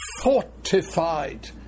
fortified